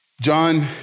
John